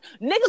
niggas